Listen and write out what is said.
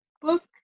book